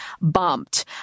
bumped